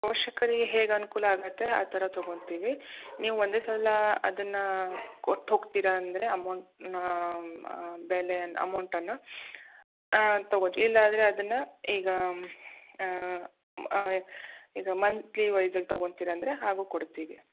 ಪೋಷಕರಿಗೆ ಹೇಗೆ ಅನುಕೂಲ ಆಗತ್ತೆ ಆ ಥರ ತಗೊಳ್ತೀವಿ ನೀವು ಒಂದೇ ಸಲ ಅದನ್ನ ಕೊಟ್ಟು ಹೋಗ್ತೀರ ಅಂದರೆ ಅಮೌಂಟ್ ಬೆಲೆ ಅಮೌಂಟನ್ನ ತಗೊತೀವಿ ಇಲ್ಲ ಅಂದರೆ ಅದನ್ನ ಈಗ ಈಗ ಮಂತ್ಲಿ ವೈಸ್ ತಗೊಳ್ತೀರ ಅಂದರೆ ಹಾಗು ಕೊಡ್ತೀವಿ